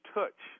touch